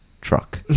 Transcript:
truck